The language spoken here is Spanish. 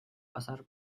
pasar